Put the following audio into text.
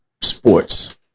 sports